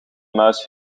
muis